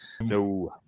No